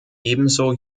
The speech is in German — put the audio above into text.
ebenso